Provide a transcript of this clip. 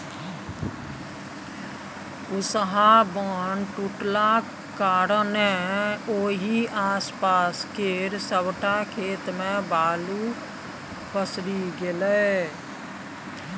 कुसहा बान्ह टुटलाक कारणेँ ओहि आसपास केर सबटा खेत मे बालु पसरि गेलै